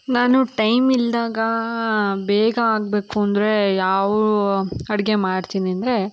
ನಾನು ಟೈಮ್ ಇಲ್ಲದಾಗಾ ಬೇಗ ಆಗಬೇಕು ಅಂದರೆ ಯಾವ ಅಡುಗೆ ಮಾಡ್ತೀನಿ ಅಂದರೆ